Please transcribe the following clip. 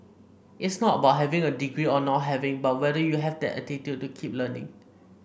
it's not about having a degree or not having but whether you have that attitude to keep learning